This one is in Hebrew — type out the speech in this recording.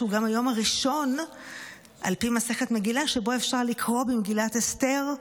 שהוא גם היום הראשון על פי מסכת מגילה שבו אפשר לקרוא במגילת אסתר,